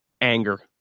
anger